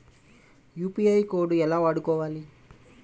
UPI code ఎలా వాడుకోవాలి?